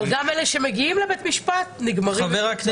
אבל גם אלה שמגיעים לבית משפט נגמרים בתוצאות כאלה.